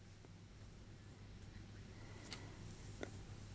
mm